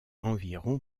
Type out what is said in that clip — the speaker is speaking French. environ